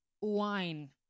wine